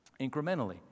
incrementally